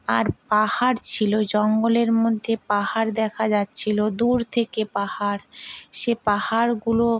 আর পাহাড় ছিলো জঙ্গলের মধ্যে পাহাড় দেখা যাচ্ছিলো দূর থেকে পাহাড় সে পাহাড়গুলো